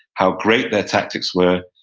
how great their tactics were,